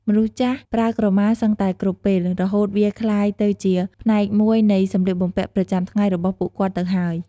មនុស្សចាស់ប្រើក្រមាសឹងតែគ្រប់ពេល រហូតវាក្លាយទៅជាផ្នែកមួយនៃសម្លៀកបំពាក់ប្រចាំថ្ងៃរបស់ពួកគាត់ទៅហើយ។